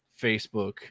Facebook